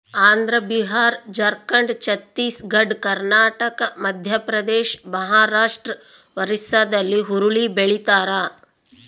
Andhra Bihar Jharkhand Chhattisgarh Karnataka Madhya Pradesh Maharashtra ಒರಿಸ್ಸಾಲ್ಲಿ ಹುರುಳಿ ಬೆಳಿತಾರ